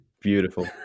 Beautiful